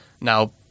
Now